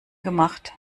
gemacht